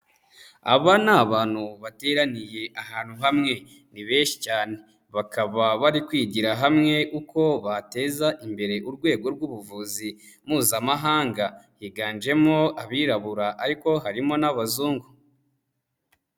Aba ni abantu bateraniye ahantu hamwe, ni benshi cyane, bakaba bari kwigira hamwe uko bateza imbere urwego rw'ubuvuzi Mpuzamahanga, higanjemo Abirabura ariko harimo n'Abazungu.